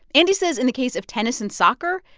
andy says, in the case of tennis and soccer,